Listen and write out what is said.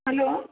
hello